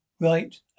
Right